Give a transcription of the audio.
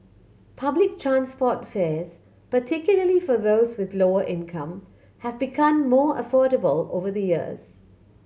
public transport fares particularly for those with lower income have become more affordable over the years